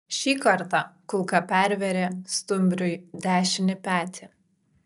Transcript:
šį kartą kulka pervėrė stumbriui dešinį petį